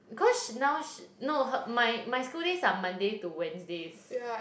cause now she no her my my school days are Mondays to Wednesdays